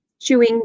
chewing